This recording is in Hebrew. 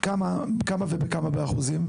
כמה, וכמה באחוזים?